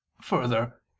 Further